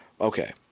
Okay